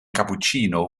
cappuccino